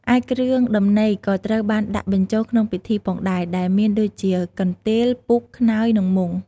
ឯគ្រឿងដំណេកក៏ត្រូវបានដាក់បញ្ចូលក្នុងពិធីផងដែរ ដែលមានដូចជា កន្ទេល ពូក ខ្នើយ និងមុង។